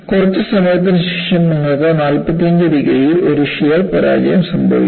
കുറച്ച് സമയത്തിന് ശേഷം നിങ്ങൾക്ക് 45 ഡിഗ്രിയിൽ ഒരു ഷിയർ പരാജയം സംഭവിക്കുന്നു